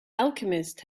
alchemist